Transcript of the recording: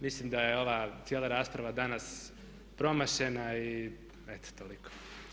Mislim da je ova cijela rasprava danas promašena i eto toliko.